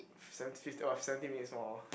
f~ seven fifty !wah! seventeen minutes more